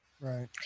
Right